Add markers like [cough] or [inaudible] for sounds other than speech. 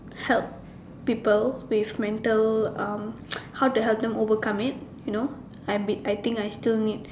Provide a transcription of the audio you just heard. help people with mental um [noise] how to help them overcome it you know I be I think I still need